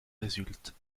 résultent